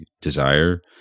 desire